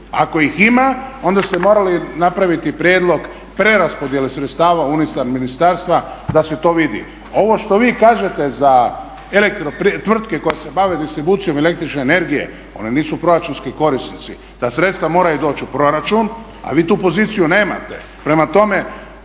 Ako ih ima onda ste morali napraviti prijedlog preraspodjele sredstava unutar ministarstva da se to vidi. Ovo što vi kažete za tvrtke koje se bave distribucijom električne energije one nisu proračunski korisnici, ta sredstva moraju doći u proračun a vi tu poziciju nemate.